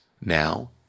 now